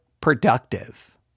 productive